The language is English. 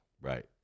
Right